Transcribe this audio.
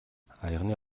аяганы